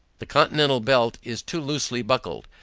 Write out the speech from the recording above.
the continental belt is too loosely buckled.